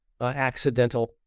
accidental